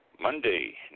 Monday